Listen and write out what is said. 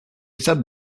said